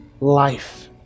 life